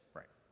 right